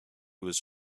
was